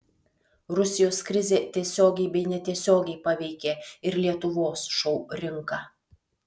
rusijos krizė tiesiogiai bei netiesiogiai paveikė ir lietuvos šou rinką